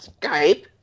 Skype